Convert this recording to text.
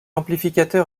amplificateur